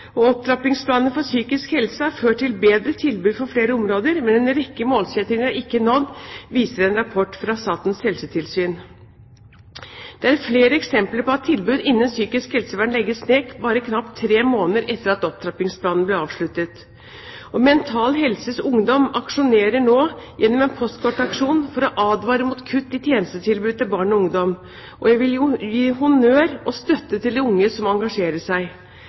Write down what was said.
Opptrappingsplanen for psykisk helse har ført til bedre tilbud på flere områder, men en rekke målsettinger er ikke nådd, viser en rapport fra Statens helsetilsyn. Det er flere eksempler på at tilbud innenfor psykisk helsevern legges ned bare knapt tre måneder etter at opptrappingsplanen ble avsluttet. Mental Helse Ungdom aksjonerer nå gjennom en postkortaksjon for å advare mot kutt i tjenestetilbudet til barn og ungdom. Jeg vil gi honnør og støtte til de unge som engasjerer seg.